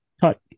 Cut